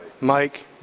Mike